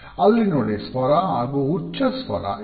ಅಲ್ಲಿ ನೋಡಿ ಸ್ವರ ಹಾಗು ಉಚ್ಚ ಸ್ವರ ಇದೆ